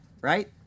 right